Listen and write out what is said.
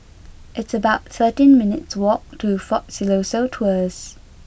it's about thirteen minutes' walk to Fort Siloso Tours